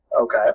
Okay